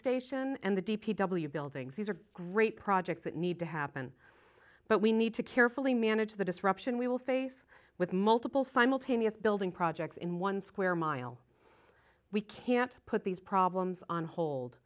station and the d p w buildings these are great projects that need to happen but we need to carefully manage the disruption we will face with multiple simultaneous building projects in one square mile we can't put these problems on hold